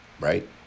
right